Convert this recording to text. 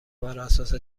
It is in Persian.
براساس